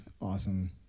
awesome